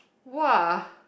!woah!